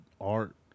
art